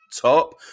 top